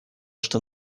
что